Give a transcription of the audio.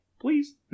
Please